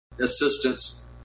assistance